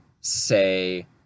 say